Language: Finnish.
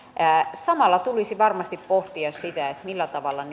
samalla tulisi varmasti pohtia sitä millä tavalla